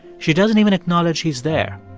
she doesn't even acknowledge he's there,